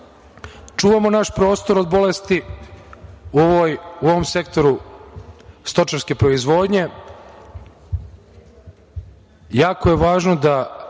čuvamo naš prostor od bolesti u ovom sektoru stočarske proizvodnje.